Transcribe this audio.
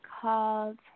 called